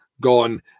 gone